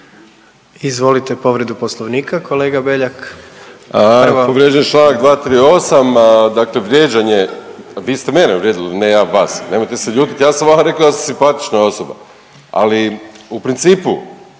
Izvolite povredu Poslovnika, kolega Beljak.